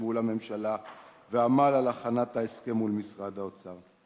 מול הממשלה ועמל על הכנת ההסכם מול משרד האוצר,